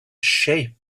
shape